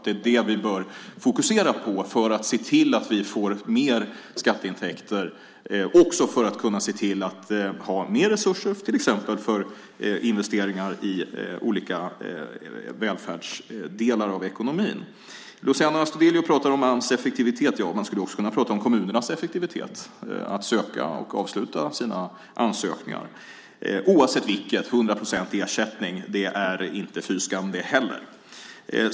Det är det vi bör fokusera på för att se till att vi får större skatteintäkter och större resurser, till exempel för investeringar i olika välfärdsdelar av ekonomin. Luciano Astudillo pratar om Ams effektivitet. Man skulle också kunna prata om kommunernas effektivitet i att söka och avsluta sina ansökningar. Oavsett vilket - 100 procent i ersättning är inte fy skam det heller.